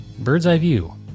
birdseyeview